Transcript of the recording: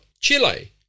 Chile